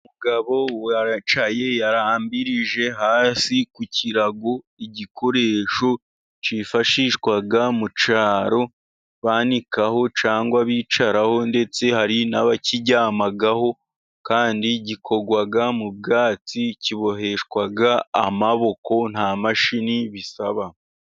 Umugabo wicaye warambirije hasi, ku kirago, igikoresho cyifashishwa mu cyaro, banikaho cyangwa bicaraho ndetse hari n'abakiryamaho kandi gikorwa mu bwatsi, kiboheshwa amaboko, nta mashini bisaba.